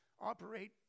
operate